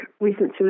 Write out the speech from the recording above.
recent